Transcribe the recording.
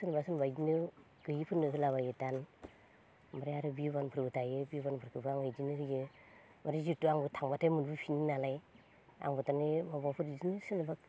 सोरनोबा सोरनोबा इदिनो गैयिफोरनो होला बायो दान ओमफ्राय आरो बिहु बानफोरबो दायो बिहुबान फोरखोबो आं इदिनो होयो आरो जिहेथु आं थांब्लाथाय मोनबोफिनो नालाय आंबो थारमाने अबावबाफोर बिदिनो सोरनावबा